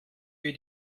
wir